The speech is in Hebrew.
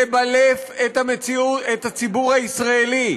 לבלף לציבור הישראלי,